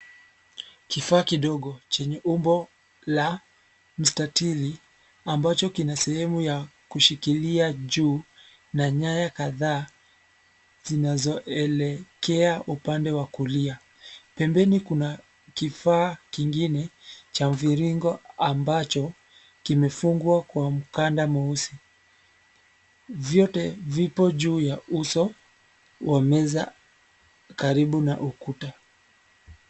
Kifaa kidogo chenye umbo la mstatili ambacho kina sehemu ya kushikilia juu na nyaya kadhaa, zinazoelekea upande wa kulia. Pembeni kuna kifaa kingine cha mviringo ambacho kimefungwa kwa mkanda mweusi. Vyote vipo juu ya uso wa meza karibu na ukuta.